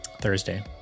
Thursday